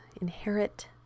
inherit